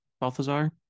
balthazar